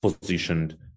positioned